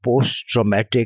post-traumatic